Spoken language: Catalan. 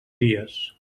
dies